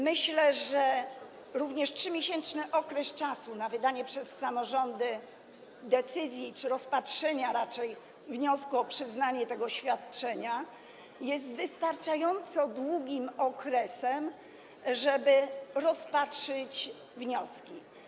Myślę, że również 3-miesięczny okres na wydanie przez samorządy decyzji czy raczej rozpatrzenie wniosku o przyznanie tego świadczenia jest wystarczająco długim okresem, żeby rozpatrzyć te wnioski.